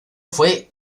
fue